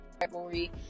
rivalry